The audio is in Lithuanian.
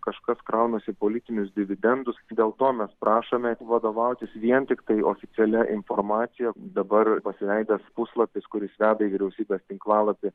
kažkas kraunasi politinius dividendus dėl to mes prašome vadovautis vien tiktai oficialia informacija dabar pasileidęs puslapis kuris veda į vyriausybės tinklalapį